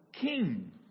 king